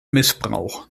missbrauch